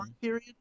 period